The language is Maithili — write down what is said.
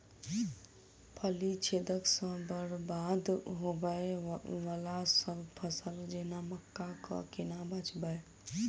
फली छेदक सँ बरबाद होबय वलासभ फसल जेना मक्का कऽ केना बचयब?